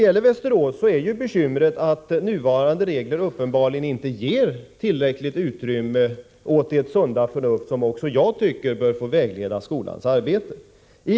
I Västerås är bekymret att nuvarande regler uppenbarligen inte ger tillräckligt utrymme åt det sunda förnuft som också jag tycker bör få vägleda skolans arbete.